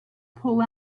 pull